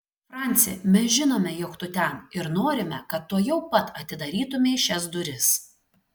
franci mes žinome jog tu ten ir norime kad tuojau pat atidarytumei šias duris